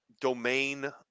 domain